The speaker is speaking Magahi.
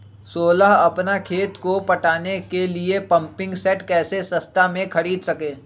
सोलह अपना खेत को पटाने के लिए पम्पिंग सेट कैसे सस्ता मे खरीद सके?